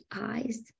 eyes